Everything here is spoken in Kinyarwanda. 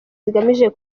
zigamije